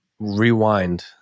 Rewind